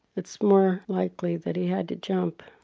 it's more likely that he had to jump.